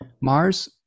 mars